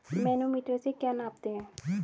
Manometer से क्या नापते हैं?